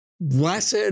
Blessed